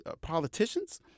politicians